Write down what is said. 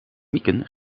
mieke